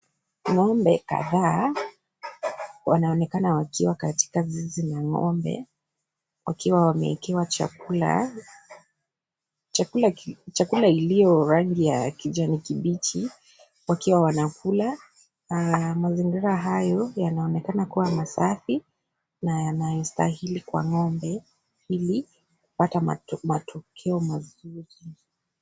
Ng'ombe kadhaa wanaonekana wakiwa katika zizi la ng'ombe, wakiwa wamewekewa chakula, chakula iliyo rangi ya kijani kibichi, wakiwa wanakula na mazingira hayo yanaonekana kuwa masafi, na yanastahili kwa ng'ombe ili kupata matukio mazuri.